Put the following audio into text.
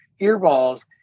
earballs